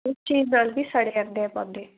ਇਸ ਚੀਜ਼ ਦਾ ਵੀ ਸੜ ਜਾਂਦੇ ਆ ਪੌਦੇ